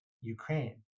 Ukraine